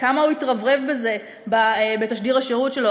כמה הוא התרברב בזה, בתשדיר השירות שלו.